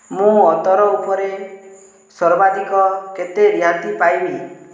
ମୁଁ ଅତର ଉପରେ ସର୍ବାଧିକ କେତେ ରିହାତି ପାଇବି